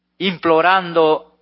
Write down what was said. implorando